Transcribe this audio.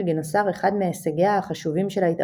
גינוסר אחד מהישגיה החשובים של ההתאחדות.